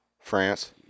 France